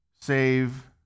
save